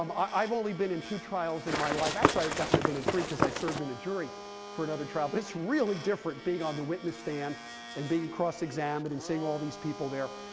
um i've only been in two trials in my life. actually, i guess i've been in three, because i served in a jury for another trial. but it's really different being on the witness stand and being cross examined and seeing all these people there.